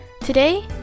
Today